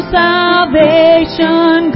salvation